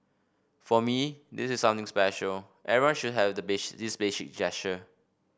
for me this is something special everyone should have the this basic gesture